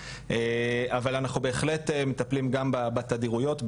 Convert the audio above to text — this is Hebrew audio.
אבל אנחנו בהחלט מטפלים גם בתדירויות.